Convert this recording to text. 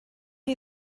chi